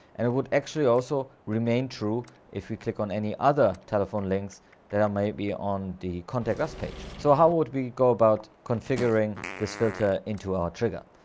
and it would actually also remain true if you click on any other telephone links that are may be on the contact us page. so how would we go about configuring this filter into our trigger?